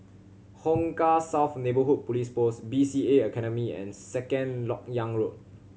Hong Kah South Neighbourhood Police Post B C A Academy and Second Lok Yang Road